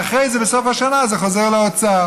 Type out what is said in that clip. ואחרי זה, בסוף השנה, זה חוזר לאוצר.